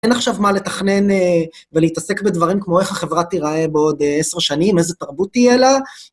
אין עכשיו מה לתכנן ולהתעסק בדברים כמו איך החברה תיראה בעוד עשר שנים, איזו תרבות תהיה לה.